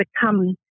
become